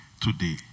today